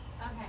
Okay